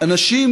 אנשים